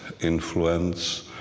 influence